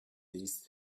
these